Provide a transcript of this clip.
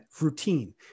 routine